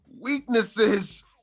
Weaknesses